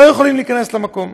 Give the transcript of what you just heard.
לא יכולים להיכנס למקום.